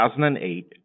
2008